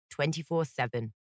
24-7